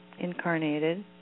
incarnated